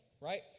right